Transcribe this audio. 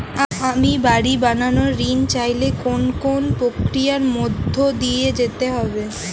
আমি বাড়ি বানানোর ঋণ চাইলে কোন কোন প্রক্রিয়ার মধ্যে দিয়ে যেতে হবে?